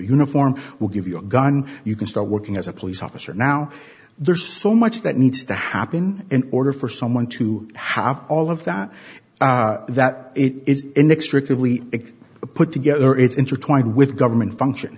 uniform we'll give you a gun you can start working as a police officer now there's so much that needs to happen in order for someone to have all of that that it is inextricably put together it's intertwined with government function